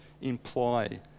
imply